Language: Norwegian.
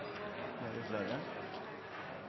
er